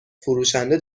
فروشنده